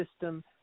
system